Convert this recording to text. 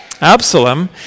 Absalom